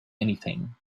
anything